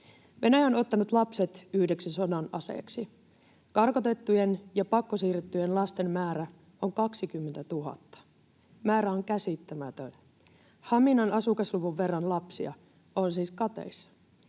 Venäjä on ottanut lapset yhdeksi sodan aseeksi. Karkotettujen ja pakkosiirrettyjen lasten määrä on 20 000. Määrä on käsittämätön. Haminan asukasluvun verran lapsia on siis kateissa.